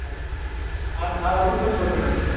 ಹಾಂ ಅದು ಅದು ಹತ್ತು ರೂಪಾಯಿ ಸೂಡು ಮೇಡಮ್ ರೀ